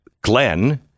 Glenn